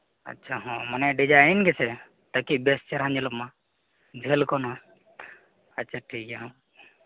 ᱟᱪᱪᱷᱟ ᱦᱮᱸ ᱢᱟᱱᱮ ᱡᱤᱰᱟᱭᱤᱱ ᱜᱮᱥᱮ ᱛᱟᱠᱤ ᱵᱮᱥ ᱪᱮᱦᱨᱟ ᱧᱮᱞᱚᱜ ᱢᱟ ᱡᱷᱟᱹᱞ ᱠᱷᱚᱱ ᱦᱚᱸ ᱟᱪᱪᱷᱟ ᱴᱷᱤᱠ ᱜᱮᱭᱟ ᱦᱮᱸ